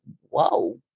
whoa